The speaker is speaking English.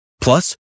Plus